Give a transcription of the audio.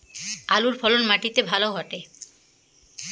আলুর ফলন মাটি তে ভালো ঘটে?